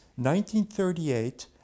1938